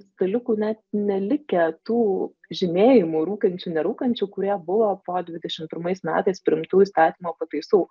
staliukų net nelikę tų žymėjimų rūkančių nerūkančių kurie buvo po dvidešimt pirmais metais priimtų įstatymo pataisų